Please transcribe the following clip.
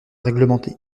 réglementer